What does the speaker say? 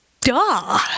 Duh